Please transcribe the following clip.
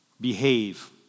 Behave